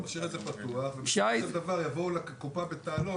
אתה משאיר את זה פתוח ובסופו של דבר יבואו לקופה בטענות